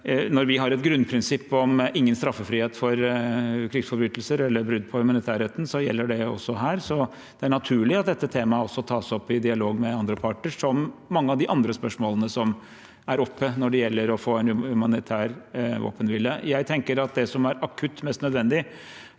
Når vi har et grunnprinsipp om ingen straffefrihet for krigsforbrytelser eller brudd på humanitærretten, gjelder det også her, så det er naturlig at dette temaet også tas opp i dialog med andre parter – på samme måte som mange av de andre spørsmålene som er oppe når det gjelder å få en humanitær våpenhvile. Jeg tenker at det som er akutt mest nødvendig,